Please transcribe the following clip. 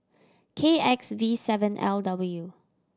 K X V seven L W